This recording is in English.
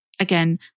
Again